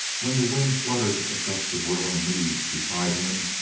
when the wind fluttered a gust of whirling leaves beside him,